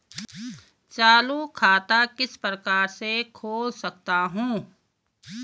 चालू खाता किस प्रकार से खोल सकता हूँ?